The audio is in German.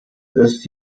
ist